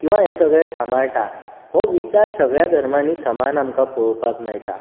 किंवा हें सगळें सांबाळटा हो विचार सगळ्यां धर्मांनी समान आमकां पळोवपाक मेळटा